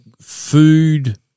food